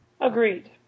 Agreed